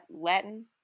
Latin